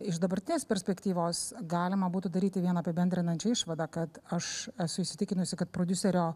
iš dabartinės perspektyvos galima būtų daryti vieną apibendrinančią išvadą kad aš esu įsitikinusi kad prodiuserio